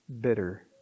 bitter